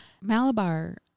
Malabar